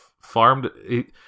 farmed